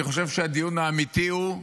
אני חושב שהדיון האמיתי הוא,